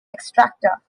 extractor